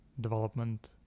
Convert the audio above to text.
development